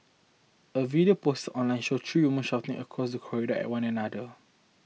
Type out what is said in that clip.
a video post online showed three women shouting across the corridor at one another